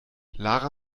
lara